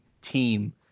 team